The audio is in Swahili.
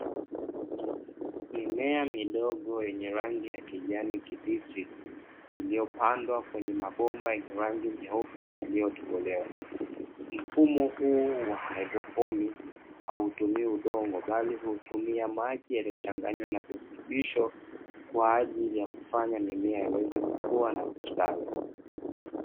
Mimea midogo yenye rangi ya kijani kibichi iliyo pandwa kwenye mabomba yenye rangi nyeupe na yaliyotobolewa. Mfumo huu wa haidroponi, haitumii udongo bali maji yaliyochanganywa na virutubisho, kwa ajili ya kufanya mimea iweze kukuwa na kustawi.